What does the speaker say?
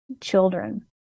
children